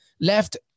left